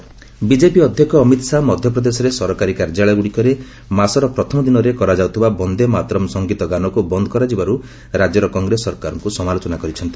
ଅମିତ୍ ଶାହା କଂଗ୍ରେସ୍ ବିଜେପି ଅଧ୍ୟକ୍ଷ ଅମିତ୍ ଶାହା ମଧ୍ୟପ୍ରଦେଶରେ ସରକାରୀ କାର୍ଯ୍ୟାଳୟଗ୍ରଡ଼ିକରେ ମାସର ପ୍ରଥମ ଦିନରେ କରାଯାଉଥିବା 'ବନ୍ଦେ ମାତରମ୍' ସଙ୍ଗତୀ ଗାନକୁ ବନ୍ଦ୍ କରାଯିବାରୁ ରାଜ୍ୟର କଂଗ୍ରେସ୍ ସରକାରକୁ ସମାଲୋଚନା କରିଛନ୍ତି